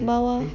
bawah